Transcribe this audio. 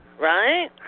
Right